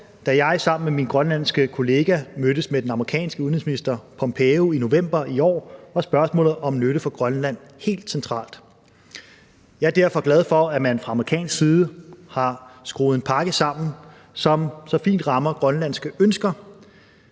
Da jeg sammen med min grønlandske kollega mødtes med den amerikanske udenrigsminister Pompeo i november i år var spørgsmålet om nytte for Grønland helt centralt. Jeg er derfor glad for, at man fra amerikansk side har skruet en pakke sammen, som så fint rammer grønlandske ønsker.